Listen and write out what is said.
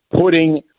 putting